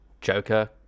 Joker